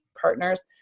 partners